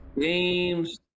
games